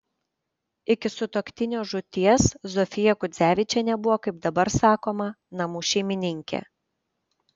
iki sutuoktinio žūties zofija kudzevičienė buvo kaip dabar sakoma namų šeimininkė